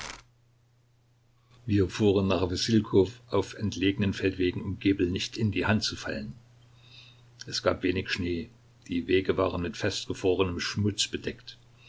wir fuhren nach wassilkow auf entlegenen feldwegen um gebel nicht in die hand zu fallen es gab wenig schnee die wege waren mit festgefrorenem schmutz bedeckt